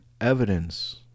evidence